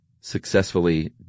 successfully